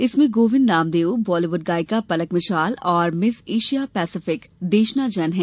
इसमें गोविन्द नामदेव बॉलीवुड गायिका पलक मुछाल और Miss Asia Pacific Deshna Jain है